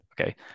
okay